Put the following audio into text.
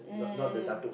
mm